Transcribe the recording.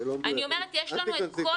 אני אומרת שיש לנו את כל